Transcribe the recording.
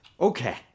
Okay